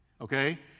Okay